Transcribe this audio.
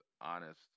honest